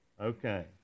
Okay